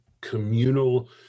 communal